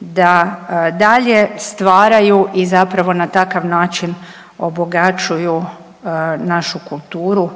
da dalje stvaraju i zapravo na takav način obogaćuju našu kulturu